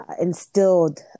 instilled